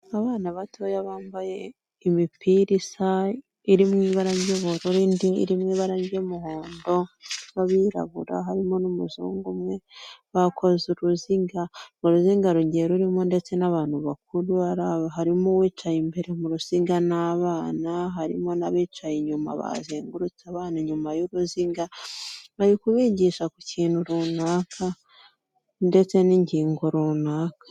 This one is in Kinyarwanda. Abana batoya bambaye imipira isa iri mu ibara ry'ubururu, indi iri mu ibara ry'umuhondo b'abirabura harimo n'umuzungu umwe bakoze uruziga, uruziga rugiye rurimo ndetse n'abantu bakuru, harimo uwicaye imbere mu ruziga n'abana, harimo n'abicaye inyuma bazengurutse abana inyuma y'uruziga, bari kubigisha ku kintu runaka ndetse n'ingingo runaka.